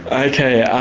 ok,